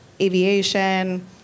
aviation